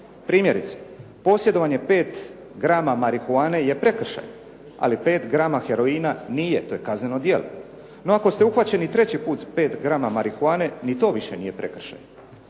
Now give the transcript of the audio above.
Primjerice, posjedovanje 5 grama marihuane je prekršaj, ali 5 grama heroina nije, to je kazneno djelo. No ako ste uhvaćeni treći put s 5 grama marihuane ni to više nije prekršaj.